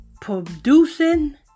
producing